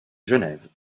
genève